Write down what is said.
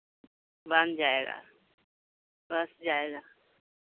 बन जाएगा बस जाएगा